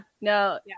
no